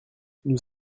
nous